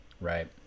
right